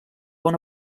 una